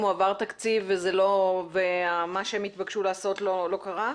הועבר תקציב ומה שהם התבקשו לעשות לא קרה?